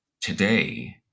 today